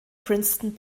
princeton